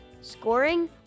scoring